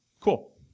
Cool